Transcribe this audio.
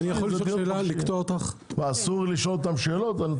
אסור לי לשאול שאלות?